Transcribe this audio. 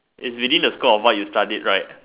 is within the scope of what you studied right